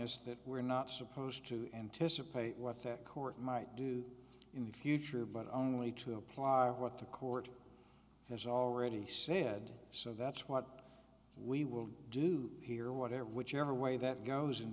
us that we're not supposed to anticipate what that court might do in the future but only to apply what the court has already said so that's what we will do here whatever whichever way that goes in